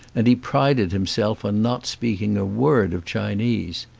and he prided himself on not speaking a word of chinese.